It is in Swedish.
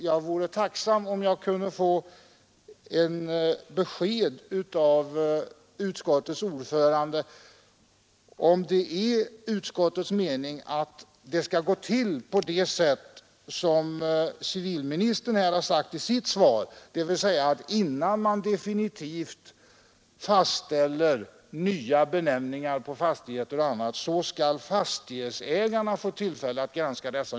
Jag vore tacksam om jag kunde få ett besked av utskottets ordförande, huruvida utskottets mening är att det skall gå till på det sätt som civilministern sagt i sitt svar, dvs. att man innan nya benämningar på fastigheter definitivt fastställs skall ge fastighetsägarna tillfälle att granska dessa.